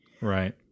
Right